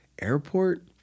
airport